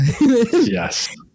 Yes